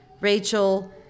Rachel